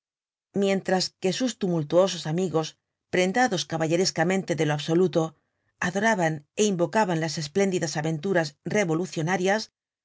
mientras que sus tumultuosos amigos prendados caballerescamente de lo absoluto adoraban é invocaban las espléndidas aventuras revolucionarias